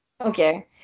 Okay